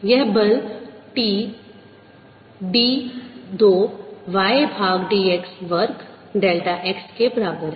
यह बल T d 2 y भाग d x वर्ग डेल्टा x के बराबर है